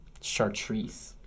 Chartreuse